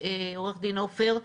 עו"ד עופר,